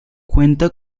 cuenta